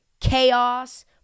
chaos